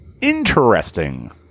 Interesting